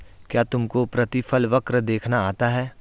क्या तुमको प्रतिफल वक्र देखना आता है?